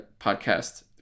podcast